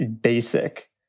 basic